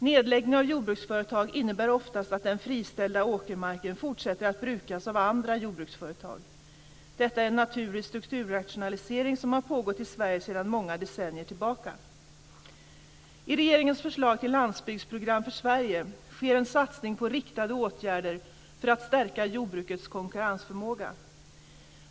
Nedläggning av jordbruksföretag innebär oftast att den friställda åkermarken fortsätter att brukas av andra jordbruksföretag. Detta är en naturlig strukturrationalisering som har pågått i Sverige sedan många decennier tillbaka. Sverige" sker en satsning på riktade åtgärder för att stärka jordbrukets konkurrensförmåga.